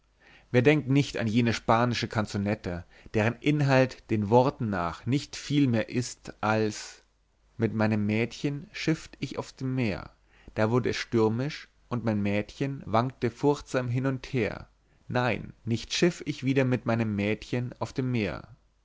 wer denkt nicht an jene spanische kanzonetta deren inhalt den worten nach nicht viel mehr ist als mit meinem mädchen schifft ich auf dem meer da wurd es stürmisch und mein mädchen wankte furchtsam hin und her nein nicht schiff ich wieder mit meinem mädchen auf dem meer